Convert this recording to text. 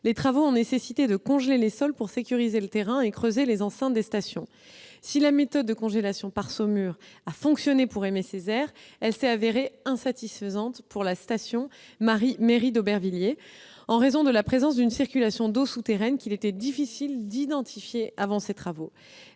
les travaux ont nécessité de congeler les sols pour sécuriser le terrain et creuser les enceintes des stations. Si la méthode de congélation par saumure a fonctionné pour la station Aimé Césaire, elle s'est avérée insatisfaisante pour la station Mairie d'Aubervilliers, en raison de la présence d'une circulation d'eau souterraine qu'il était difficile d'identifier avant ces travaux.